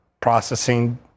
processing